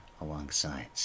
alongside